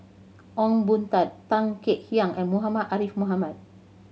Ong Boon Tat Tan Kek Hiang and Muhammad Ariff Muhammad